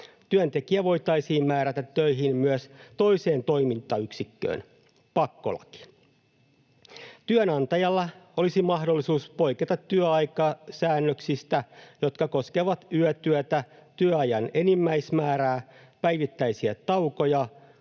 työntekijä voitaisiin määrätä töihin myös toiseen toimintayksikköön — pakkolaki. Työnantajalla olisi mahdollisuus poiketa työaikasäännöksistä, jotka koskevat yötyötä, työajan enimmäismäärää, päivittäisiä taukoja,